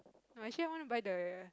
actually I want to buy the